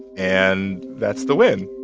and that's the win.